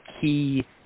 key